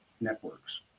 networks